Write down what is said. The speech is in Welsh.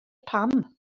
pam